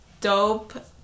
dope